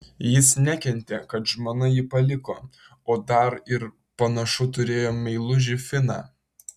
jis nekentė kad žmona jį paliko o dar ir panašu turėjo meilužį finą